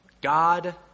God